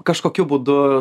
kažkokiu būdu